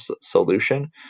solution